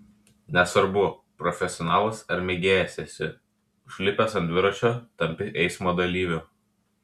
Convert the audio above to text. nesvarbu profesionalas ar mėgėjas esi užlipęs ant dviračio tampi eismo dalyviu